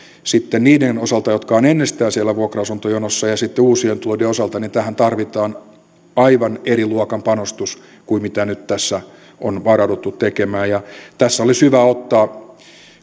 sitten niiden osalta jotka ovat ennestään siellä vuokra asuntojonossa ja ja sitten uusien tulijoiden osalta niin tähän tarvitaan aivan eri luokan panostus kuin mitä nyt tässä on varauduttu tekemään tässä olisi hyvä ottaa